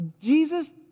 Jesus